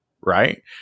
right